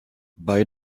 bei